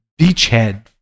beachhead